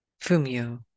Fumio